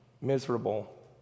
miserable